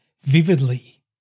vividly